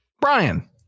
Brian